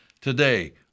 Today